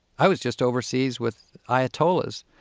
i was just overseas with ayatollahs